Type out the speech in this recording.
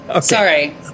Sorry